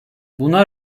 buna